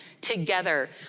together